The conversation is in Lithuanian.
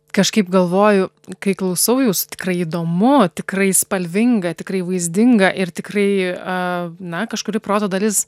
kažkaip galvoju kai klausau jūsų tikrai įdomu tikrai spalvinga tikrai vaizdinga ir tikrai a na kažkuri proto dalis